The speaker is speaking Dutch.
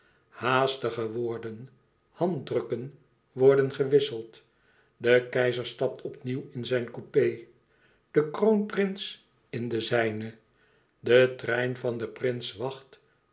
haastige woorden handdrukken worden gewisseld de keizer stapt opnieuw in zijn coupé de kroonprins in den zijne de trein van den prins wacht